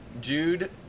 Jude